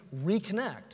reconnect